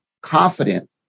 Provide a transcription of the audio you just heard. confident